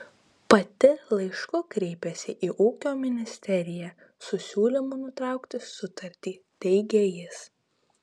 pati laišku kreipėsi į ūkio ministeriją su siūlymu nutraukti sutartį teigė jis